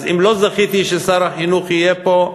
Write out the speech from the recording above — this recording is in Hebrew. אז אם לא זכיתי ששר החינוך יהיה פה,